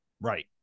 Right